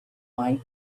might